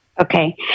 Okay